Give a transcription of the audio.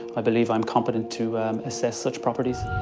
i believe i'm competent to assess such properties.